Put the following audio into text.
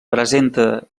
presenta